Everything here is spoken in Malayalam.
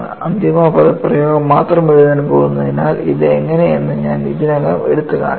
അന്തിമ പദപ്രയോഗം മാത്രം എഴുതാൻ പോകുന്നതിനാൽ ഇത് എങ്ങനെയെന്ന് ഞാൻ ഇതിനകം എടുത്തുകാണിച്ചു